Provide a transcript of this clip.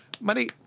money